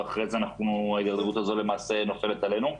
ואחרי זה, ההידרדרות הזו למעשה נופלת עלינו.